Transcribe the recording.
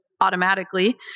automatically